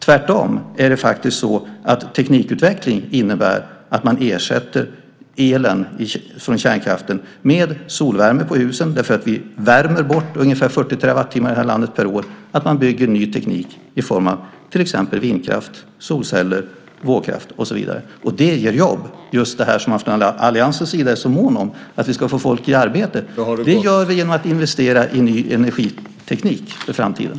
Tvärtom innebär teknikutveckling att man ersätter elen från kärnkraftverken med solvärme på husen, eftersom vi i det här landet värmer bort ungefär 40 terawattimmar per år, och att man bygger ny teknik i form av till exempel vindkraft, solceller och vågkraft. Det ger jobb. Från alliansens sida är man ju mån om att vi ska få folk i arbete. Det gör vi genom att investera i ny energiteknik för framtiden.